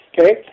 okay